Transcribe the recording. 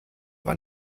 war